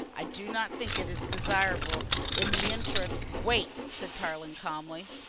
i do not think it is desirable in the interests wait, said tarling calmly.